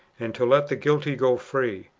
and to let the guilty go free,